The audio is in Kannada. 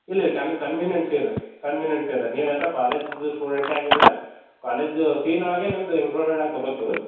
ಇಲ್ಲ ಇಲ್ಲ ಕನ್ ಕನ್ವಿನೆನ್ಸ್ ಅದೆ ಕನ್ವಿನೆನ್ಸ್ ಅದೆ ರಿ ನೀವೇನರ ಕಾಲೇಜ್ದು ಸ್ಟೂಡೆಂಟೇ ಆಗಿದ್ರೆ ಕಾಲೇಜ್ ಫೀನ ಒಳಗೆ ನಿಮ್ದು ಇನ್ಕ್ಲುಡೇಡ್ ಆಗಿ ತಗೋತೇವೆ